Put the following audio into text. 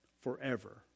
forever